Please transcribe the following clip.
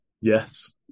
Yes